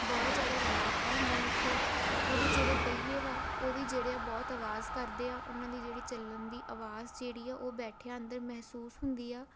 ਬਹੁਤ ਜ਼ਿਆਦਾ ਰੌਲਾ ਰੱਪਾ ਹੁੰਦਾ ਹੈ ਉੱਥੇ ਉਹਦੇ ਜਿਹੜੇ ਪਹੀਏ ਵਾ ਉਹ ਵੀ ਜਿਹੜੇ ਆ ਬਹੁਤ ਆਵਾਜ਼ ਕਰਦੇ ਆ ਉਹਨਾਂ ਦੀ ਜਿਹੜੀ ਚੱਲਣ ਦੀ ਆਵਾਜ਼ ਜਿਹੜੀ ਆ ਉਹ ਬੈਠਿਆ ਅੰਦਰ ਮਹਿਸੂਸ ਹੁੰਦੀ ਆ